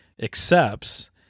accepts